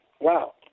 Wow